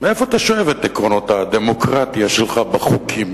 מאיפה אתה שואב את עקרונות הדמוקרטיה שלך בחוקים,